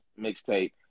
mixtape